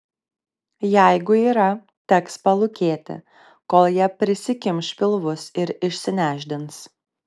jeigu yra teks palūkėti kol jie prisikimš pilvus ir išsinešdins